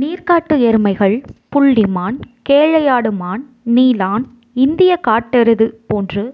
நீர் காட்டு எருமைகள் புள்ளி மான் கேளையாடு மான் நீலான் இந்தியக் காட்டெருது போன்று